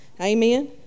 Amen